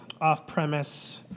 off-premise